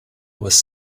was